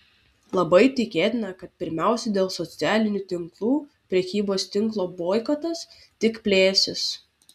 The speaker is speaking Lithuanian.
labai tikėtina kad pirmiausia dėl socialinių tinklų prekybos tinklo boikotas tik plėsis